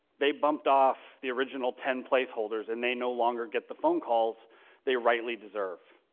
they bumped off the original ten placeholders, and they no longer get the phone calls they rightly deserve.